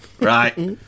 right